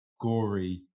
gory